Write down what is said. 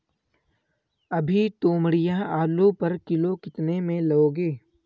अभी तोमड़िया आलू पर किलो कितने में लोगे?